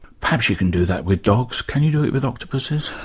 perhaps you can do that with dogs can you do it with octopuses?